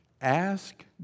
Ask